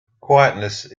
quietness